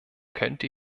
könnte